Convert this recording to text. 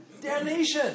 DAMnation